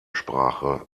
sprache